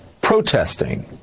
protesting